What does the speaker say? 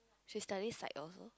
she study psych also